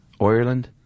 Ireland